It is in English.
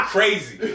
Crazy